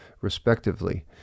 respectively